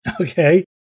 Okay